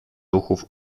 ruchów